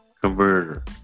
converter